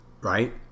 Right